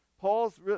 Paul's